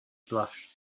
blushed